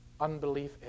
unbelief